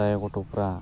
जाय गथ'फ्रा